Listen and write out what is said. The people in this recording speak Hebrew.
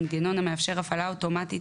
מנגנון המאפשר הפעלה אוטומטית